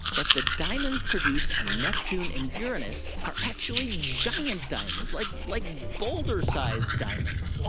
that the diamonds produced on neptune and uranus are actually giant diamonds, like like boulder-sized diamonds what?